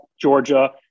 Georgia